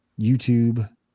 YouTube